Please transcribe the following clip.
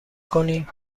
کنی